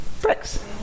bricks